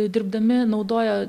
dirbdami naudoja